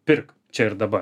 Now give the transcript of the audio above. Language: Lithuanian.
pirk čia ir dabar